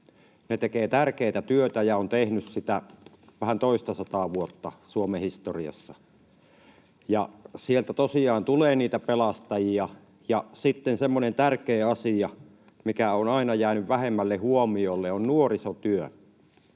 Ne tekevät tärkeätä työtä ja ovat tehneet sitä vähän toistasataa vuotta Suomen historiassa. Sieltä tosiaan tulee niitä pelastajia, ja sitten semmoinen tärkeä asia, mikä on aina jäänyt vähemmälle huomiolle, on nuorisotyö.